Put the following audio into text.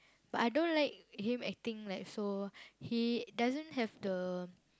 but I don't like him acting like so he doesn't have the